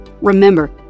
Remember